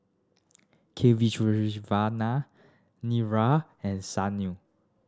Kasiviswanathan Niraj and Sunil